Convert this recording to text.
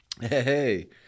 Hey